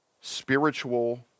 spiritual